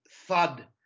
thud